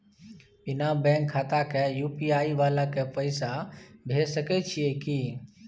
बिना बैंक खाता के यु.पी.आई वाला के पैसा भेज सकै छिए की?